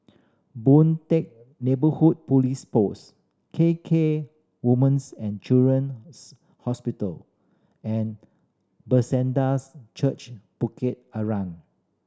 Boon Teck Neighbourhood Police Post K K Woman's and Children's Hospital and Bethesdas Church Bukit Arang